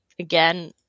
Again